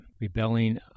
Rebelling